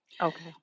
Okay